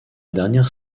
dernière